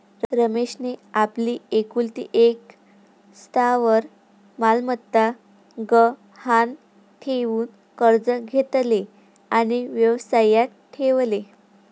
रमेशने आपली एकुलती एक स्थावर मालमत्ता गहाण ठेवून कर्ज घेतले आणि व्यवसायात ठेवले